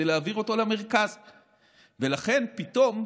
ולכן, פתאום,